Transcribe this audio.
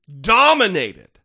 dominated